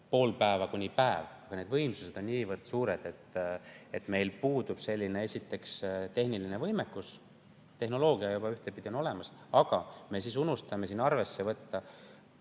pool päeva kuni päev. Vajalikud võimsused on aga nii suured, et meil puudub esiteks tehniline võimekus. Tehnoloogia juba ühtpidi on olemas, aga me unustame arvesse võtta,